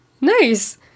Nice